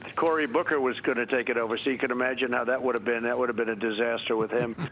cory booker was going to take it over, so you could imagine how that would have been. that would have been a disaster with him.